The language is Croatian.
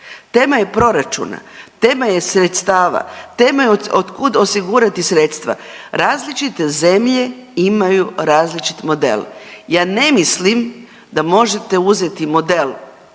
tema je proračuna, tema je sredstava, tema je od kud osigurati sredstva. Različite zemlje imaju različit model, ja ne mislim da možete uzeti model,